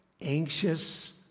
anxious